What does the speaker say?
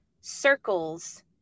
circles